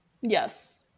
Yes